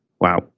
wow